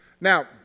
Now